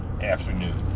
afternoon